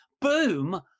Boom